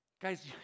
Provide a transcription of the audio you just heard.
Guys